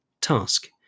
Task